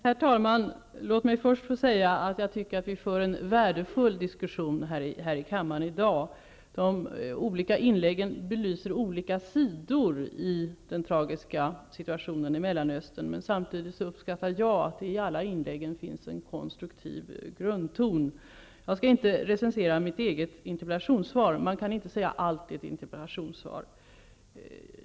Herr talman! Låt mig först säga att jag tycker att vi för en värdefull diskussion här i kammaren i dag. De olika inläggen belyser olika sidor i den tragiska situationen i Mellanöstern, men samtidigt uppskattar jag att det i alla inläggen finns en konstruktiv grundton. Jag skall inte recensera mitt eget interpellationssvar, men jag vill framhålla att man inte kan säga allt i ett interpellationssvar.